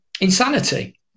insanity